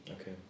okay